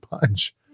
punch